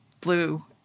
blue